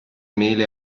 mele